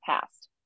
past